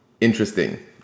interesting